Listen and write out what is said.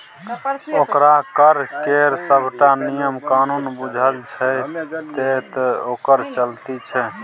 ओकरा कर केर सभटा नियम कानून बूझल छै तैं तँ ओकर चलती छै